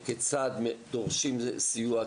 כיצד דורשים סיוע,